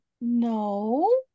no